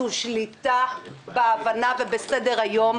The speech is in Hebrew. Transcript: זו שליטה בהבנה ובסדר-היום,